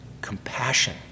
compassion